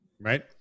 Right